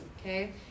Okay